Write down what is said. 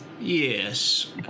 yes